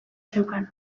zeukan